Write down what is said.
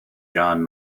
jan